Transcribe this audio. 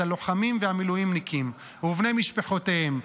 הלוחמים והמילואימניקים ובני משפחותיהם.